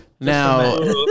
Now